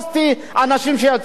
אני הייתי שם רעב,